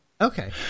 Okay